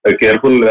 careful